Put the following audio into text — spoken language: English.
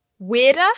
weirder